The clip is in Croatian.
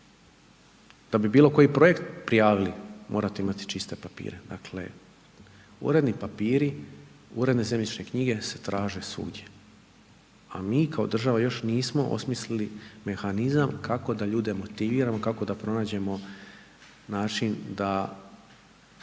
Da bi bilo koji projekt prijavili morate imati čiste papire. Dakle uredni papiri, uredne zemljišne knjige se traže svugdje. A mi kao država još nismo osmislili mehanizam kako da ljude motiviramo, kako da pronađemo način da